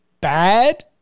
bad